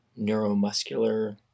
neuromuscular